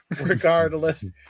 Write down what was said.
regardless